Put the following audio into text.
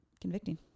Convicting